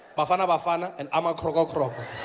bafana bafana and ama kroko kroko.